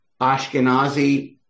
Ashkenazi